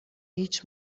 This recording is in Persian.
هیچ